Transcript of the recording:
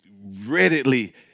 readily